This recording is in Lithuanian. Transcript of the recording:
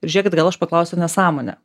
ir žiūrėkit gal aš paklausiu nesąmonę